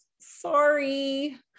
sorry